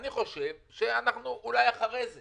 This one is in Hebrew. אני חושב שאנחנו אולי אחרי זה